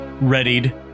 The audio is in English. readied